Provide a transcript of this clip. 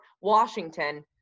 Washington